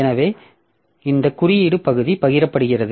எனவே இந்த குறியீடு பகுதி பகிரப்படுகிறது